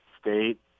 state